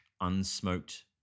unsmoked